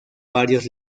varios